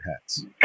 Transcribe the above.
hats